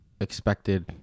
expected